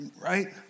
Right